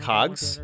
Cogs